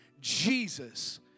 Jesus